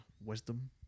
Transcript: wisdom